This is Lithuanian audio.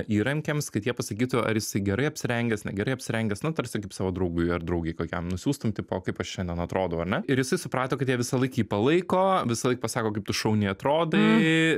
įrankiams kad jie pasakytų ar jisai gerai apsirengęs negerai apsirengęs na tarsi kaip savo draugui ar draugei kokiam nusiųstum tipo kaip aš šiandien atrodau ar ne ir jisai suprato kad jie visąlaik jį palaiko visąlaik pasako kaip tu šauniai atrodai